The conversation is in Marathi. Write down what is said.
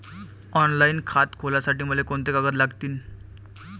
ऑनलाईन खातं खोलासाठी मले कोंते कागद लागतील?